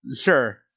sure